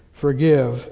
Forgive